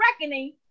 reckoning